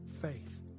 faith